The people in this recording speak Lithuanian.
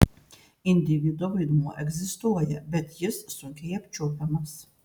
individo vaidmuo egzistuoja bet jis sunkiai apčiuopiamas